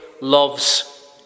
love's